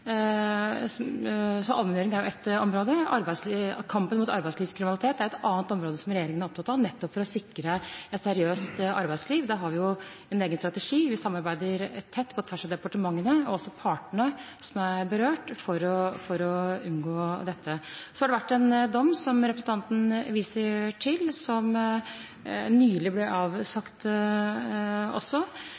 Så allmenngjøring er ett område og kampen mot arbeidslivskriminalitet er et annet område som regjeringen er opptatt av, nettopp for å sikre et seriøst arbeidsliv. Der har vi en egen strategi. Vi samarbeider tett på tvers av departementene og med partene som er berørt, for å unngå dette. Så har det vært en dom, som representanten viser til, som nylig ble avsagt. Angående spørsmålene som representanten tar opp: Langset-dommen er én ting. Det er også